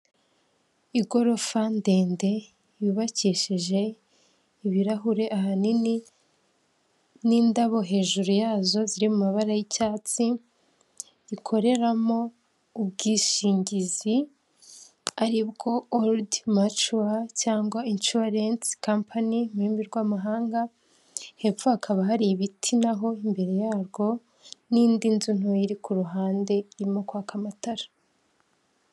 Igorofa ndende yubakishije ibirahure aha nini n'indabo hejuru yazo ziri mu mabara y'icyatsi gikoreramo ubwishingizi aribwo orude macuwa (old mature)cyangwa inshuwarensi kampani (insurance company)mu rurimi rw'amahanga hepfo hakaba hari ibiti naho imbere yarwo n'indi nzu iri kuruhande irimo kwaka amatara.